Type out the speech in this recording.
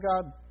God